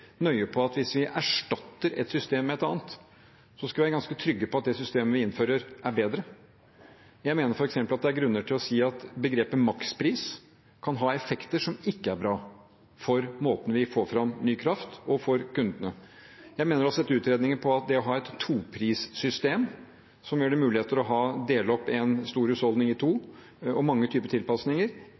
nøye på at hvis vi erstatter et system med et annet, skal vi være ganske trygge på at det systemet vi innfører, er bedre. Jeg mener f.eks. at det er grunner til å si at begrepet makspris kan ha effekter som ikke er bra for måten vi får fram ny kraft på, og for kundene. Jeg mener å ha sett utredninger på at det å ha et toprissystem som gir mulighet for å dele opp en stor husholdning i to, og mange typer tilpasninger,